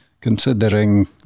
considering